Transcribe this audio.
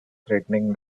threatening